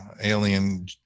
alien